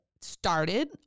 started